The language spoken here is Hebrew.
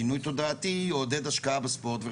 שינוי תודעתי יעודד השקעה בספורט.